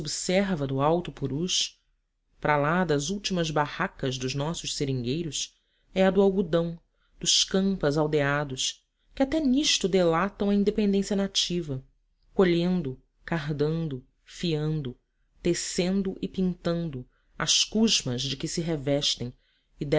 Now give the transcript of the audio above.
observa no alto purus para lá das últimas barracas dos nossos seringueiros é a do algodão dos campas aldeados que até nisto delatam a independência nativa colhendo cardando fiando tecendo e pintando as cushmas de que se revestem